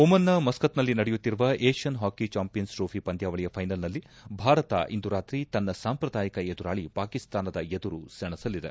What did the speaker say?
ಓಮನ್ನ ಮಸ್ಕತ್ನಲ್ಲಿ ನಡೆಯುತ್ತಿರುವ Asian hockey champions trophy ಪಂದ್ಯಾವಳಿಯ ಫೈನಲ್ನಲ್ಲಿ ಭಾರತ ಇಂದು ರಾತ್ರಿ ತನ್ನ ಸಾಂಪ್ರದಾಯಿಕ ಎದುರಾಳಿ ಪಾಕಿಸ್ತಾನದ ಎದುರು ಸೆಣಸಲಿದೆ